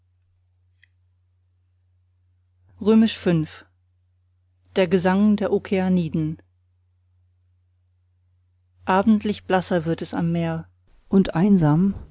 der gesang der okeaniden abendlich blasser wird es am meer und einsam